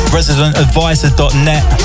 residentadvisor.net